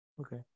okay